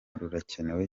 rurakenewe